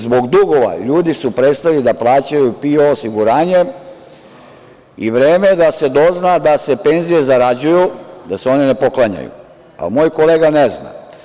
Zbog dugova ljudi su prestali da plaćaju PIO osiguranje i vreme je da se dozna da se penzije zarađuju, da se one ne poklanjaju, ali moj kolega ne zna.